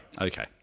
Okay